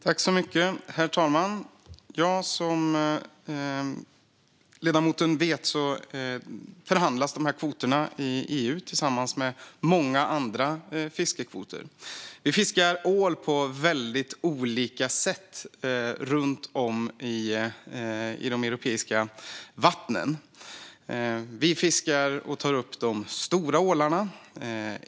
Herr talman! Som ledamoten vet förhandlas kvoterna i EU tillsammans med många andra fiskekvoter. Det fiskas ål på mycket olika sätt runt om i de europeiska vattnen. Vi fiskar och tar upp de stora ålarna.